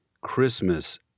Christmas